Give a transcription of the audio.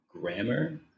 grammar